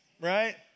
right